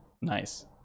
Nice